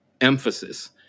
emphasis